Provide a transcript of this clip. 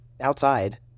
outside